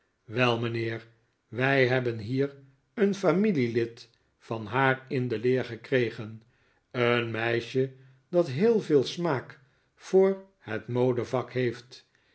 wel mijnheer wij hebben hier een familielid van haar in de leer gekregen een meisje dat heel veel smaak voor het modevak heeft